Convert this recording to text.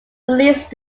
released